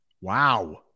Wow